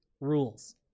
rules